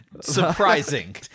surprising